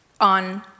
on